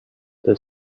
the